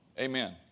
Amen